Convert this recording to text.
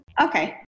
Okay